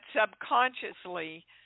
subconsciously